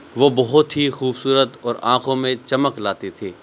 وہ بہت ہی خوبصورت اور آنکھوں میں چمک لاتی تھی